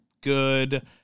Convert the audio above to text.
good